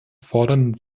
fordern